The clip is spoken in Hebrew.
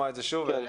עדיין